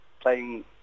playing